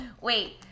Wait